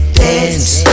dance